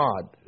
God